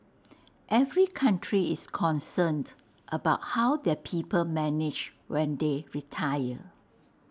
every country is concerned about how their people manage when they retire